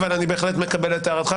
אבל אני בהחלט מקבל את הערתך,